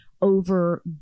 over